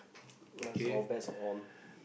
mine is all bets are on